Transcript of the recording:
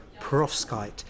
perovskite